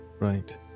right